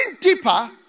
deeper